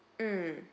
mm